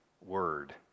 word